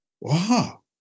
wow